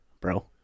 bro